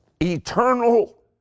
Eternal